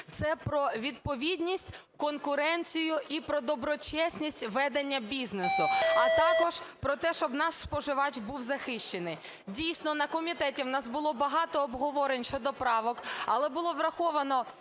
це про відповідність, конкуренцію і про доброчесність ведення бізнесу. А також про те, щоб наш споживач був захищений. Дійсно, на комітеті у нас було багато обговорень щодо правок, але було враховано